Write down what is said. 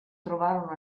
trovarono